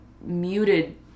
muted